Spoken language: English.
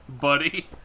Buddy